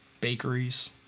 bakeries